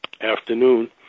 afternoon –